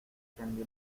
tendí